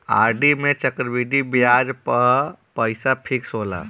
RD में चक्रवृद्धि बियाज पअ पईसा फिक्स होला